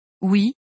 Oui